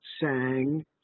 sang